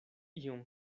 iom